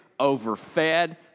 overfed